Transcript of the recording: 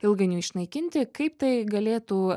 ilgainiui išnaikinti kaip tai galėtų